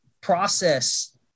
process